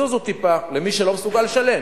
זוזו טיפה, למי שלא מסוגל לשלם.